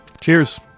Cheers